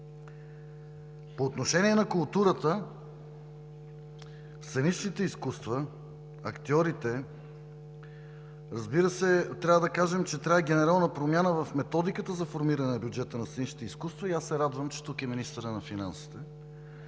По отношение на културата, сценичните изкуства, актьорите, разбира се, трябва да кажем, че трябва генерална промяна в методиката за формиране на бюджета на сценичните изкуства. Аз се радвам, че тук е министърът на финансите,